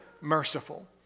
merciful